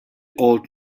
old